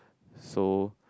so